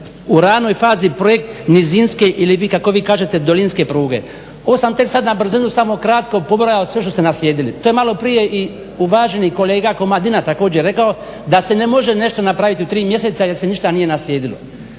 u ranoj fazi projekt nizinske ili kako vi kažete dolinske pruge. Ovo sam vam tek sad na brzinu samo kratko pobrojao sve što ste naslijedili. To je maloprije i uvaženi kolega Komadina također rekao da se ne može nešto napraviti u tri mjeseca jer se ništa nije naslijedilo.